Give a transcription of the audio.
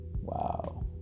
Wow